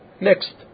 Next